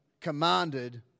commanded